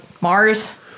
Mars